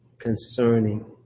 concerning